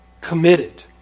committed